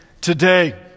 today